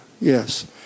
Yes